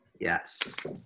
Yes